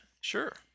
Sure